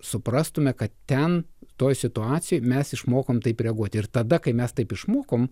suprastume kad ten toj situacijoj mes išmokom taip reaguoti ir tada kai mes taip išmokom